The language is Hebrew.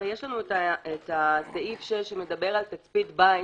הרי יש לנו את סעיף 6 שמדבר על תצפית בית,